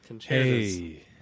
Hey